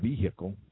vehicle